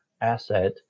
asset